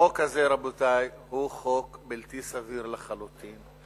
החוק הזה, רבותי, הוא חוק בלתי סביר לחלוטין.